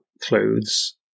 clothes